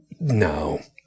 no